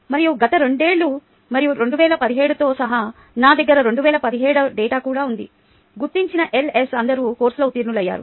మరియు గత రెండేళ్ళు మరియు 2017 తో సహా నా దగ్గర 2017 డేటా కూడా ఉంది గుర్తించిన ఎల్ఎస్ అందరూ కోర్సులో ఉత్తీర్ణులయ్యారు